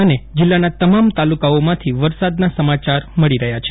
અને જીલ્લાના તમામ તાલુકાઓમાંથી વરસાદના સમાચાર મળી રહયા છે